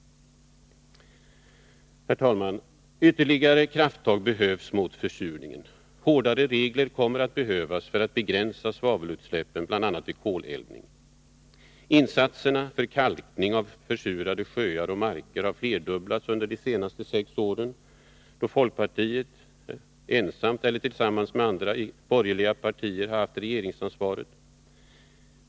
Herr talman! Ytterligare krafttag behövs mot försurningen. Hårdare regler kommer att behövas för att svavelutsläppen vid bl.a. koleldning skall kunna begränsas. Insatserna för kalkning av försurade sjöar och marker har flerdubblats under de senaste sex åren då folkpartiet ensamt, eller tillsammans med andra borgerliga partier, haft regeringsansvaret.